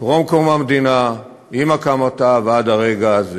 טרום קום המדינה, עם הקמתה, ועד הרגע הזה.